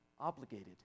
obligated